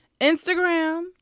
Instagram